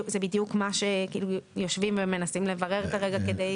זה בדיוק מה שיושבים ומנסים לברר כרגע כדי